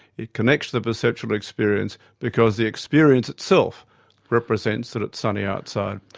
it connects to the perceptual experience because the experience itself represents that it's sunny outside.